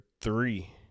three